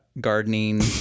gardening